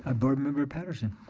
ah board member patterson.